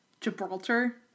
Gibraltar